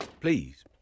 Please